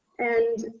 and